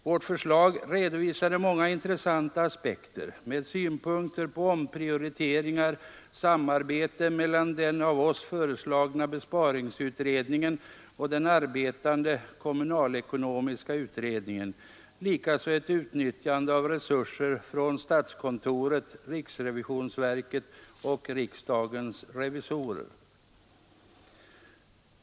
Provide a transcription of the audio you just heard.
Vårt förslag redovisade många intressanta aspekter med synpunkter på omprioriteringar, samarbete mellan den av oss föreslagna besparingsutredningen och den arbetande kommunalekonomiska utredningen, likaså ett utnyttjande av resurser från statskontoret, riksrevisionsverket och riksdagens revisorer.